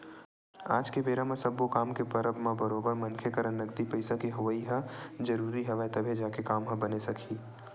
आज के बेरा म सब्बो काम के परब म बरोबर मनखे करा नगदी पइसा के होवई ह जरुरी हवय तभे जाके काम ह बने सकही